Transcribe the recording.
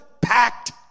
packed